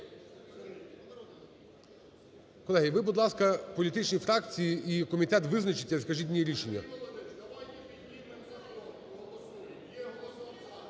Колеги, ви, будь ласка, політичні фракції і комітет, визначіться і скажіть мені рішення.